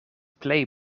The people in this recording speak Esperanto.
plej